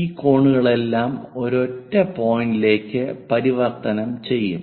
ഈ കോണുകളെല്ലാം ഒരൊറ്റ പോയിന്റിലേക്ക് പരിവർത്തനം ചെയ്യും